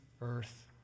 earth